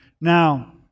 Now